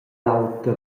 l’auter